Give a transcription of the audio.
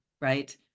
right